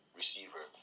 receiver